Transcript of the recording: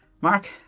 Mark